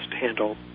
handle